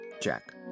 Jack